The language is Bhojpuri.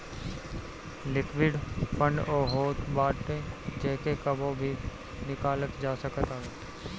लिक्विड फंड उ होत बाटे जेके कबो भी निकालल जा सकत हवे